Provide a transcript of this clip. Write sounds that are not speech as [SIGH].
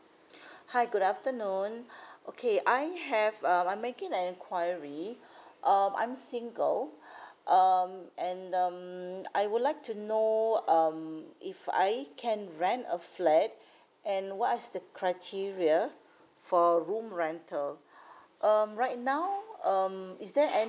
hi good afternoon okay I have uh I'm making an enquiry um I'm single [BREATH] um and um I would like to know um if I can rent a flat and what's the criteria for room rental um right now um is there any